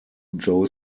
joe